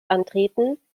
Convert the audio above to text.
antreten